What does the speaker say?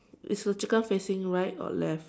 is the chicken facing right or left